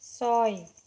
ছয়